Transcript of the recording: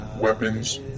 weapons